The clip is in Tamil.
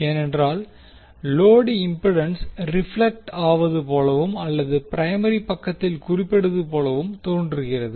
ஏனென்றால் லோடு இம்பிடன்ஸ் ரிப்லெக்ட் ஆவது போலவும் அல்லது பிரைமரி பக்கத்தில் குறிப்பிடுவது போலவும் தோன்றுகிறது